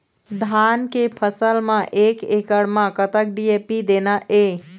धान के फसल म एक एकड़ म कतक डी.ए.पी देना ये?